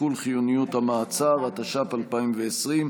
(שיקול חיוניות המעצר), התש"ף 2020,